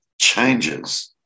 changes